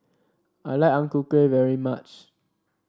I like Ang Ku Kueh very much